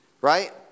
Right